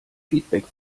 feedback